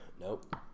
nope